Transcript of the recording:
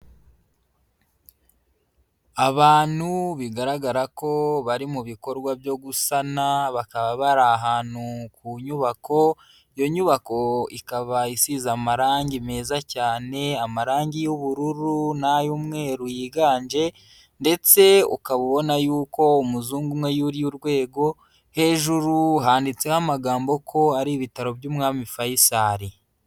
Abantu bigaragara ko bari mu bikorwa byo gusana bakaba bari ahantu ku nyubako, iyo nyubako ikaba isize amarangi meza cyane, amarangi y'ubururu n'ay'umweru yiganje ndetse ukaba ubona yuko umuzungu umwe yuriye urwego, hejuru handitseho amagambo ko ari ibitaro by'umwami Faisal.